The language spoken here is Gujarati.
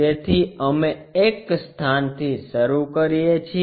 તેથી અમે એક સ્થાનથી શરૂ કરીએ છીએ